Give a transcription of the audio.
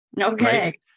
Okay